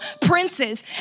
princes